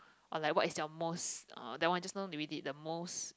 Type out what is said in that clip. or like what is your most uh that one just now we did the most